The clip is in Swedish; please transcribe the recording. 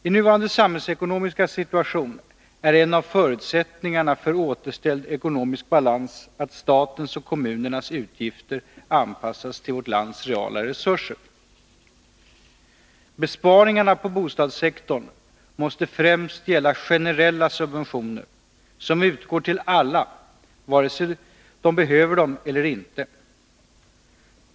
I nuvarande samhällsekonomiska situation är en av förutsättningarna för återställd ekonomisk balans att statens och kommunernas utgifter anpassas till vårt lands reala resurser. Besparingarna på bostadssektorn måste främst gälla generella subventioner som utgår till alla — vare sig de behöver dem eller inte.